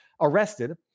Arrested